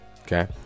Okay